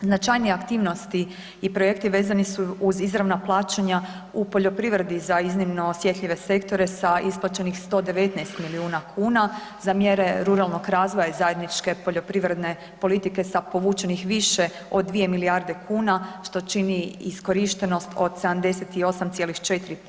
Značajnije aktivnosti i projekti vezani su uz izravna plaćanja u poljoprivredi za iznimno osjetljive sektora sa isplaćenih 119 milijuna kuna za mjere ruralnog razvoja i zajedničke poljoprivredne politike sa povučenih više od 2 milijarde kuna što čini iskorištenost od 78,4%